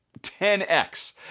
10x